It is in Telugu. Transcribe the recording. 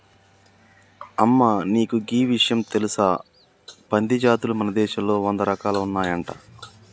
అమ్మ నీకు గీ ఇషయం తెలుసా పంది జాతులు మన దేశంలో వంద రకాలు ఉన్నాయంట